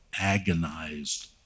agonized